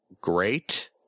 great